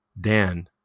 Dan